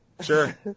Sure